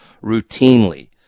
routinely